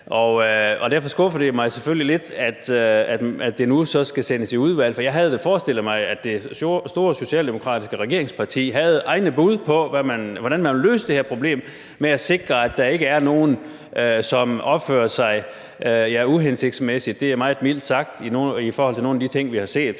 Derfor skuffer det mig selvfølgelig lidt, at det nu skal sendes i udvalg, for jeg havde da forestillet mig, at det store socialdemokratiske regeringsparti havde et eget bud på, hvordan man ville løse det her problem og sikre, at der ikke er nogen, der opfører sig uhensigtsmæssigt, hvilket er meget mildt sagt i forhold til nogle af de ting, vi har set.